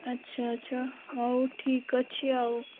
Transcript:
ଆଚ୍ଛା ଆଚ୍ଛା ହଉ ଠିକ୍ ଅଛି ଆଉ